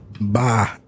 Bye